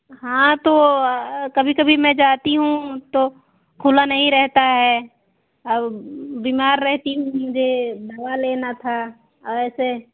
हाँ तो कभी कभी मैं जाती हूँ तो खुला नहीं रहता है अब बीमार रहती हूँ मुझे दवा लेना था और ऐसे